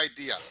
idea